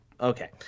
Okay